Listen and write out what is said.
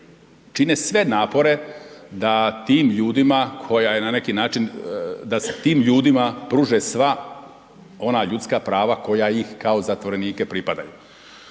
čine sve napore da tim ljudima koja na neki način, da se tim ljudima pruže sva ona ljudska prava koja ih kao zatvorenike pripadaju.